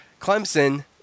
Clemson